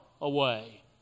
away